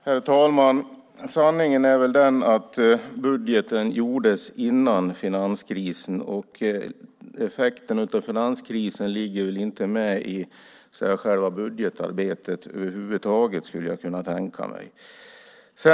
Herr talman! Sanningen är den att budgeten gjordes innan finanskrisen. Effekten av finanskrisen ligger inte med i budgetarbetet över huvud taget, skulle jag kunna tänka mig.